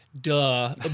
duh